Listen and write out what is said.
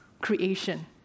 creation